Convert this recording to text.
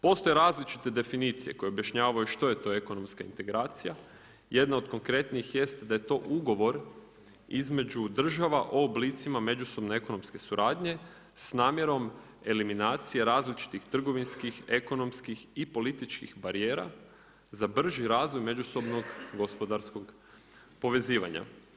Postoje različite definicije koje objašnjavaju što je to ekonomska integracija, jedno od konkretnih jest da je to ugovor između država o oblicima međusobne ekonomske suradnje s namjerom eliminacija različitih trgovinskih, ekonomskih i političkih barijera, za brži razvoj međusobnog gospodarskog povezivanja.